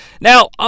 Now